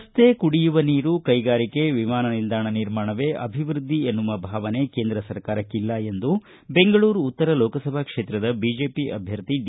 ರಸ್ತೆ ಕುಡಿಯುವ ನೀರು ಕೈಗಾರಿಕೆ ವಿಮಾನ ನಿಲ್ದಾಣ ನಿರ್ಮಾಣವೇ ಅಭಿವೃದ್ಧಿ ಎನ್ನುವ ಭಾವೆನ ಕೇಂದ್ರ ಸರ್ಕಾರಕ್ಕಿಲ್ಲ ಎಂದು ಬೆಂಗಳೂರು ಉತ್ತರ ಲೋಕಸಭಾ ಕ್ಷೇತ್ರದ ಬಿಜೆಪಿ ಅಭ್ಯರ್ಥಿ ಡಿ